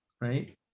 right